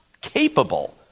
capable